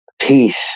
peace